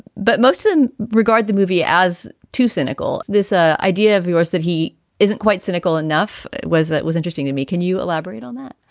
but most in regard the movie as too cynical. this ah idea of yours that he isn't quite cynical enough. it was that was interesting to me. can you elaborate on that?